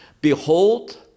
behold